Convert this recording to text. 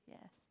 Yes